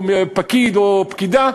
או פקיד או פקידה,